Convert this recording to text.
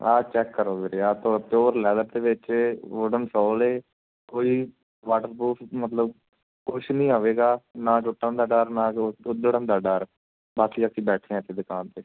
ਆਹ ਚੈੱਕ ਕਰੋ ਵੀਰੇ ਆ ਤੋ ਪਿਓਰ ਲੈਦਰ ਦੇ ਵਿੱਚ ਵੁਡਨ ਸੋਲ ਹੈ ਕੋਈ ਵਾਟਰਪਰੂਫ ਮਤਲਬ ਕੁਛ ਨਹੀਂ ਆਵੇਗਾ ਨਾ ਟੁੱਟਣ ਦਾ ਡਰ ਨਾ ਕੋਈ ਉੱਧੜਨ ਦਾ ਡਰ ਬਾਕੀ ਅਸੀਂ ਬੈਠੇ ਦੁਕਾਨ 'ਤੇ